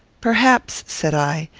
perhaps, said i,